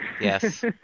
Yes